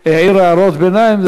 העיר הערות ביניים,